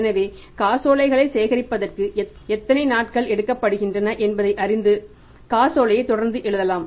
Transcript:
எனவே காசோலைகளை சேகரிப்பதற்கு எத்தனை நேரம் எத்தனை நாட்கள் எடுக்கப்படுகின்றன என்பதை அறிந்து காசோலைகளை தொடர்ந்து எழுதலாம்